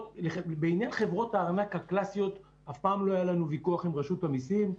בעניין חברות הארנק הקלסיות אף פעם לא היה לנו ויכוח עם רשות המיסים.